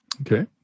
Okay